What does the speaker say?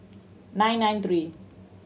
nine nine three